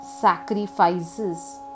sacrifices